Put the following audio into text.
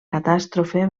catàstrofe